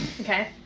Okay